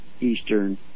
eastern